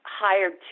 hired